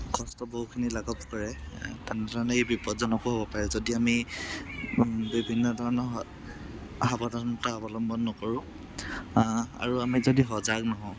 কষ্ট বহুখিনি লাঘৱ কৰে টনাটনি এই বিপদজনকো হ'ব পাৰে যদি আমি বিভিন্ন ধৰণৰ সাৱধানতা অৱলম্বন নকৰো আৰু আমি যদি সজাগ নহওঁ